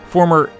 Former